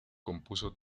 compuso